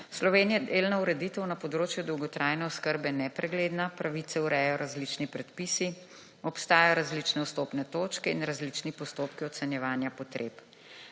Sloveniji je delno ureditev na področju dolgotrajne oskrbe nepregledna. Pravice urejajo različni predpisi. Obstajajo različne vstopne točke in različni postopki ocenjevanja potreb.